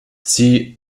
sie